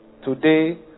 Today